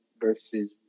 versus